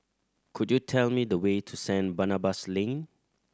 could you tell me the way to Saint Barnabas Lane